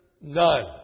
none